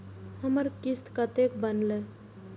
हमर किस्त कतैक बनले?